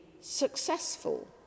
successful